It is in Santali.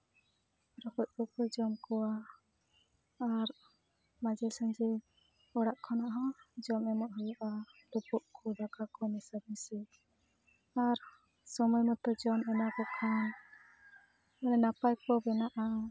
ᱨᱚᱠᱚᱡ ᱠᱚᱠᱚ ᱡᱚᱢ ᱠᱚᱣᱟ ᱟᱨ ᱢᱟᱡᱷᱮ ᱥᱟᱡᱷᱮ ᱚᱲᱟᱜ ᱠᱷᱚᱱᱟᱜ ᱦᱚᱸ ᱡᱚᱢ ᱮᱢᱚᱜ ᱦᱩᱭᱩᱜᱼᱟ ᱞᱳᱵᱳᱜ ᱠᱚ ᱫᱟᱠᱟ ᱠᱚ ᱢᱮᱥᱟᱢᱤᱥᱤ ᱟᱨ ᱥᱚᱢᱚᱭ ᱢᱚᱛᱚ ᱡᱚᱢ ᱮᱢᱟᱠᱚ ᱠᱚ ᱠᱷᱟᱱ ᱢᱟᱱᱮ ᱱᱟᱯᱟᱭ ᱠᱚ ᱵᱮᱱᱟᱜᱼᱟ